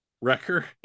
wrecker